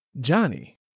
Johnny